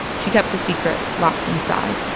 she kept the secret locked inside